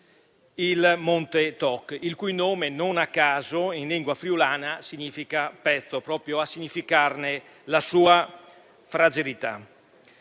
il monte Toc, il cui nome non a caso in lingua friulana significa "pezzo", proprio a significare la sua fragilità.